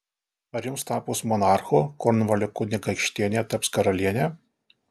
ar jums tapus monarchu kornvalio kunigaikštienė taps karaliene